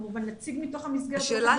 כמובן נציג מתוך המסגרת --- השאלה